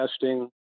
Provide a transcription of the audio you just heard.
testing